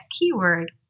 keyword